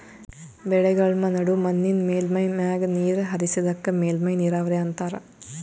ಬೆಳೆಗಳ್ಮ ನಡು ಮಣ್ಣಿನ್ ಮೇಲ್ಮೈ ಮ್ಯಾಗ ನೀರ್ ಹರಿಸದಕ್ಕ ಮೇಲ್ಮೈ ನೀರಾವರಿ ಅಂತಾರಾ